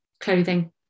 clothing